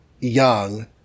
young